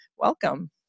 Welcome